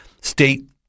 state